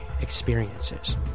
experiences